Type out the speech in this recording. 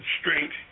strength